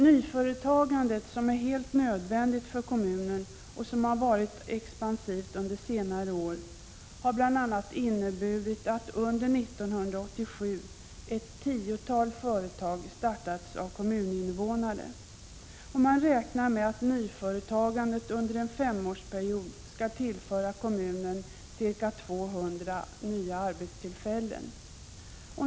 Nyföretagandet, som är helt nödvändigt för kommunen och som varit expansivt under senare år, har bl.a. inneburit att under 1987 ett tiotal företag startats av kommuninnevånare. Man räknar med att nyföretagandet under en femårsperiod skall tillföra kommunen ca 200 arbetstillfällen.